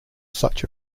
such